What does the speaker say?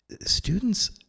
students